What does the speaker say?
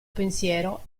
pensiero